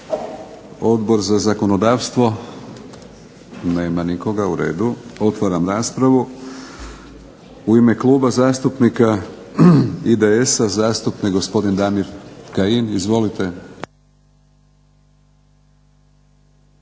Odbor za zakonodavstvo? Nema nikoga, u redu. Otvaram raspravu. U ime Kluba zastupnika IDS-a zastupnik gospodin Damir Kajin. Izvolite.